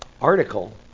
Article